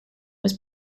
was